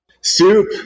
Soup